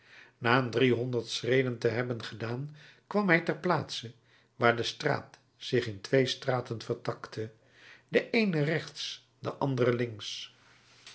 na een driehonderd schreden te hebben gedaan kwam hij ter plaatse waar de straat zich in twee straten vertakte de eene rechts de andere links